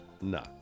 No